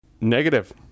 Negative